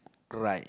cry